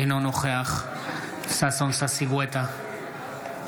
אינו נוכח ששון ששי גואטה,